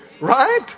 Right